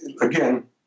again